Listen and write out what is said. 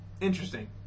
Interesting